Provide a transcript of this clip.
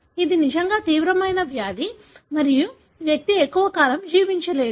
ఇది నిజంగా తీవ్రమైన వ్యాధి మరియు వ్యక్తి ఎక్కువ కాలం జీవించలేడు